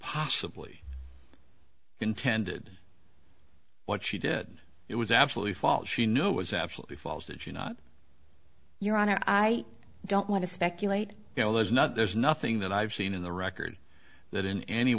possibly intended what she did it was absolutely false she knew it was absolutely false that you know your honor i don't want to speculate you know there's not there's nothing that i've seen in the record that in any